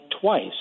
twice